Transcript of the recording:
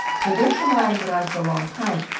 so their similarities went on for a long time.